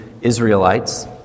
Israelites